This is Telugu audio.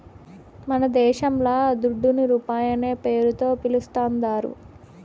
మనదేశంల దుడ్డును రూపాయనే పేరుతో పిలుస్తాందారు